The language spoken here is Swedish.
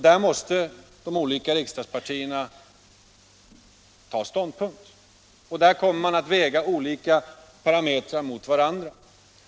Då måste riksdagspartierna ta ståndpunkt, och då kommer man att väga olika parametrar mot varandra.